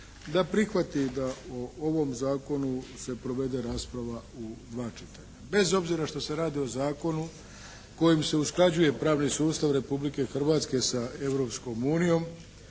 da prihvati da o ovom zakonu se provede rasprava u dva čitanja bez obzira što se radi o zakonu kojim se usklađuje pravni sustav Republike Hrvatske sa Europskom unijom